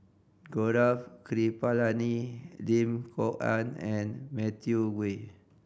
Gaurav Kripalani Lim Kok Ann and Matthew Ngui